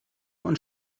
und